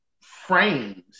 frames